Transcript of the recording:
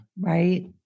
right